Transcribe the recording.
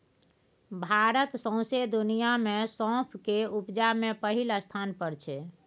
भारत सौंसे दुनियाँ मे सौंफ केर उपजा मे पहिल स्थान पर छै